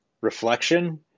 reflection